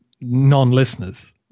non-listeners